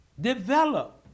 develop